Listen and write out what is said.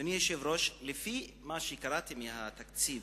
אדוני היושב-ראש, לפי מה שקראתי מהתקציב,